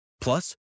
Plus